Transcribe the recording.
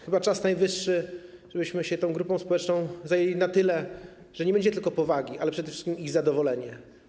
Chyba czas najwyższy, żebyśmy się tą grupą społeczną zajęli na tyle, że nie będzie tylko powagi, ale przede wszystkim ich zadowolenie.